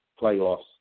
playoffs